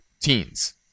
teens